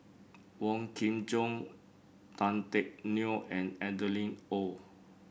Wong Kin Jong Tan Teck Neo and Adeline Ooi